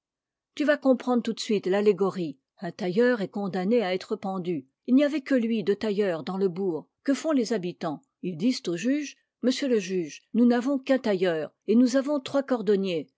tu vas comprendre tout de suite l'allégorie un tailleur est condamné à être pendu il n'y avait que lui de tailleur dans le bourg que font les habitants ils disent au juge monsieur le juge nous n'avons qu'un tailleur et nous avons trois cordonniers